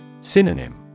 Synonym